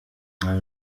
nta